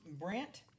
Brent